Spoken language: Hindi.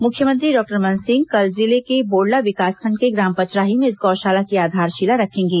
मुख्यमंत्री डॉक्टर रमन सिंह कल जिले के बोड़ला विकासखंड के ग्राम पचराही में इस गौशाला की आधारशिला रखेंगे